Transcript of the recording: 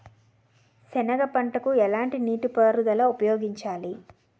సెనగ పంటకు ఎలాంటి నీటిపారుదల ఉపయోగించాలి?